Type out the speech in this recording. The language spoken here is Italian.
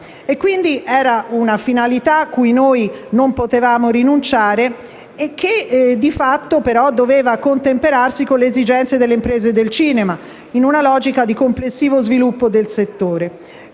Era una finalità cui noi non potevamo rinunciare e che, di fatto, però doveva contemperarsi con le esigenze delle imprese del cinema in una logica di complessivo sviluppo del settore.